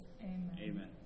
Amen